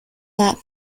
that